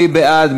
מי בעד?